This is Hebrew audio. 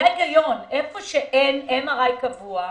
איפה שאין MRI קבוע,